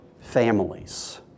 families